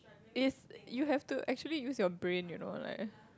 yes you have to actually use your brain you know like